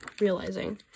realizing